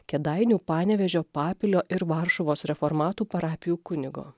kėdainių panevėžio papilio ir varšuvos reformatų parapijų kunigo